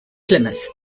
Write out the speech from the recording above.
plymouth